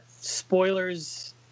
Spoilers